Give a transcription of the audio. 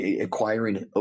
acquiring